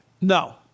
No